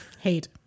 Hate